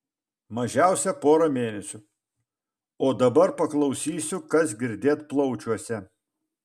mažiausia porą mėnesių o dabar paklausysiu kas girdėt plaučiuose